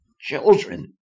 children